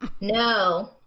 No